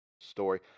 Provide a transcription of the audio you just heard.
story